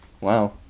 Wow